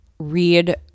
Read